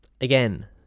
again